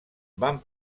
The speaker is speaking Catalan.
van